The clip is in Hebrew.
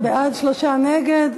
14 בעד, שלושה נגד.